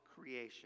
creation